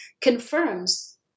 confirms